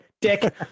dick